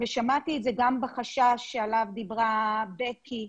ושמעתי את זה גם בחשש עליו דיברה בקי,